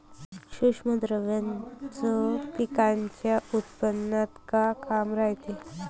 सूक्ष्म द्रव्याचं पिकाच्या उत्पन्नात का काम रायते?